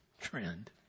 trend